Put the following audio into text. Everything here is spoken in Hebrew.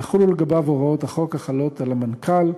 ויחולו לגביו הוראות החוק החלות על המנכ"ל,